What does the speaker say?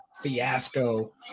Fiasco